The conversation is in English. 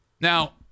now